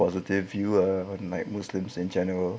positive views on like muslims in general